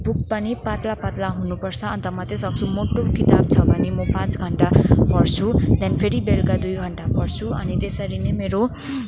book पानि पातलो पातलो हुनुपर्छ अन्त मात्रै सक्छु मोटो किताब छ भने म पाँच घन्टा पढ्छु त्यहाँदेखि फेरि बेलुका दुई घन्टा पढ्छु अनि त्यसरी नै मेरो